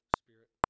spirit